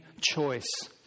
choice